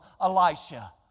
Elisha